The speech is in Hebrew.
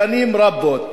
שנים רבות,